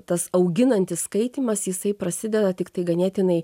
tas auginantis skaitymas jisai prasideda tiktai ganėtinai